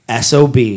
SOB